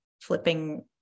flipping